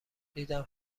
دیدم